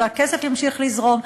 והכסף ימשיך לזרום,